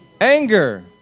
Anger